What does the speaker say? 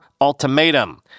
ultimatum